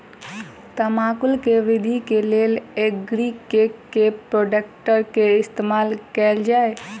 तम्बाकू केँ वृद्धि केँ लेल एग्री केँ के प्रोडक्ट केँ इस्तेमाल कैल जाय?